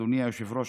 אדוני היושב-ראש,